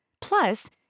Plus